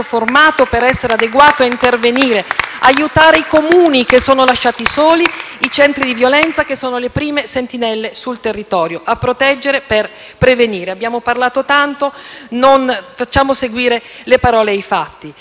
i centri di violenza, che sono le prime sentinelle sul territorio a proteggere per prevenire. Abbiamo parlato tanto; facciamo seguire alle parole i fatti